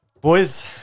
Boys